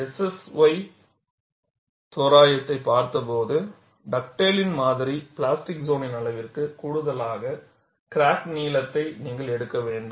SSY தோராயத்தைப் பார்த்தபோது டக்டேலின் மாதிரி பிளாஸ்டிக் சோனின் அளவிற்கு கூடுதலாக கிராக் நீளத்தை நீங்கள் எடுக்க வேண்டும்